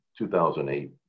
2008